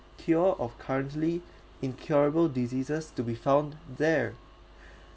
cure of currently incurable diseases to be found there